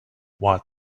what